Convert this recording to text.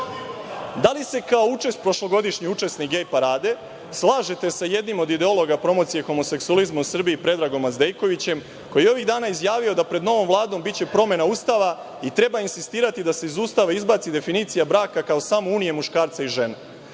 Da li se, kao prošlogodišnji učesnik Gej parade, slažete sa jednim od ideologa promocije homoseksualizma u Srbiji Predragom Azdejkovićem, koji je ovih dana izjavio da pred novom Vladom biće promena Ustava i treba insistirati da se iz Ustava izbaci definicija braka kao samo unije muškarca i žene. Vlada